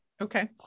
Okay